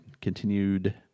continued